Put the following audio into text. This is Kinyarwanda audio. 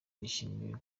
yishimiye